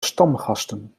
stamgasten